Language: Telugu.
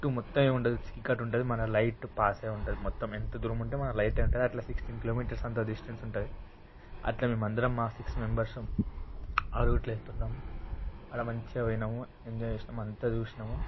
చుట్టూ మొత్తం ఏముండదు చీకటి ఉంటుంది మన లైట్ పాస్ అయి ఉంటుంది మొత్తం ఎంత దూరం ఉంటే మన లైట్ ఉంటుంది అట్ల సిక్స్టీన్ కిలోమీటర్స్ అంత డిస్టెన్స్ ఉంటుంది అట్ల మేమందరం ఆ సిక్స్ మెంబర్స్ ఆ రూట్లో వెళ్తున్నాం ఆడ మంచిగా పోయినాము ఎంజాయ్ చేసినాము అంతా చూసినాము